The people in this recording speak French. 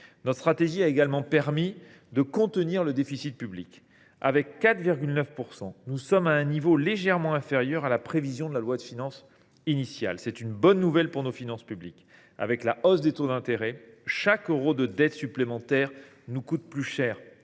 Notre stratégie a également permis de contenir le déficit public. Le niveau de celui ci – 4,9 %– est légèrement inférieur à la prévision de la loi de finances initiale. C’est une bonne nouvelle pour nos finances publiques. Avec la hausse des taux d’intérêt, chaque euro de dette supplémentaire nous coûte plus cher.